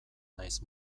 nahiz